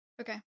Okay